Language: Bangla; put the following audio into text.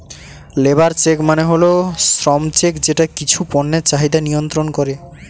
লেবার চেক মানে হল শ্রম চেক যেটা কিছু পণ্যের চাহিদা মিয়ন্ত্রন করে